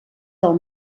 del